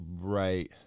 right